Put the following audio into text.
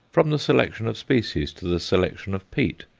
from the selection of species to the selection of peat,